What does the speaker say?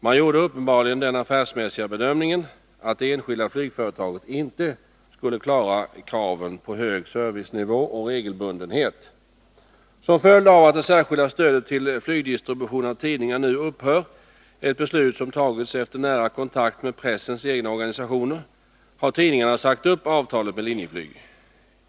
Man gjorde uppenbarligen den affärsmässiga bedömningen att det enskilda flygföretaget inte skulle klara kraven på hög servicenivå och regelbundenhet. Som följd av att det särskilda stödet till flygdistribution av tidningar nu upphör — ett beslut som fattats efter nära kontakt med pressens egna organisationer — har tidningarna sagt upp avtalet med Linjeflyg.